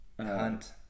Hunt